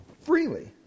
Freely